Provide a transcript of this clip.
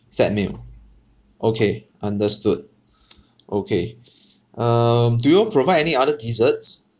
set meal okay understood okay um do you all provide any other desserts